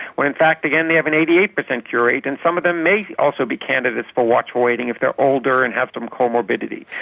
when in fact they have an eighty eight percent cure rate and some of them may also be candidates for watchful waiting if they are older and have some comorbidity.